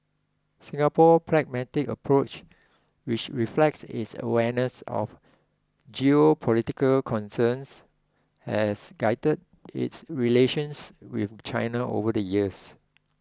Singapore pragmatic approach which reflects its awareness of geopolitical concerns has guided its relations with China over the years